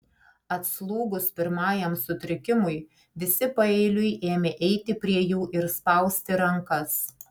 atslūgus pirmajam sutrikimui visi paeiliui ėmė eiti prie jų ir spausti rankas